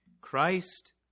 Christ